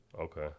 Okay